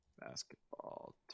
Basketball